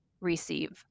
receive